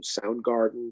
Soundgarden